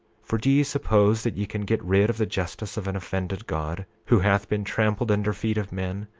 for do ye suppose that ye can get rid of the justice of an offended god, who hath been trampled under feet of men,